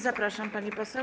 Zapraszam, pani poseł.